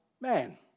man